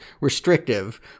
restrictive